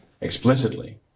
explicitly